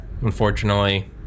unfortunately